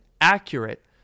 accurate